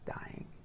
dying